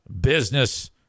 business